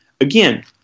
Again